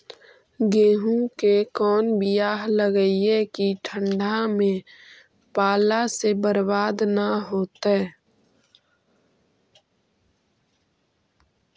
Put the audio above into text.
गेहूं के कोन बियाह लगइयै कि ठंडा में पाला से बरबाद न होतै?